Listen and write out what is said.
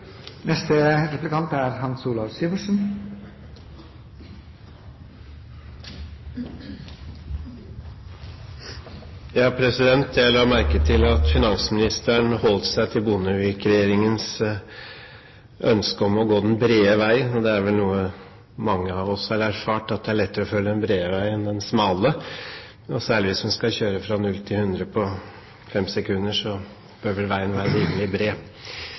Jeg la merke til at finansministeren holdt seg til Bondevik-regjeringens ønske om å gå den brede vei. Det er vel noe mange av oss har erfart, at det er lettere å følge den brede vei enn den smale. Og særlig hvis man skal kjøre fra null til hundre på fem sekunder, bør vel veien være rimelig bred!